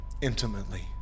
intimately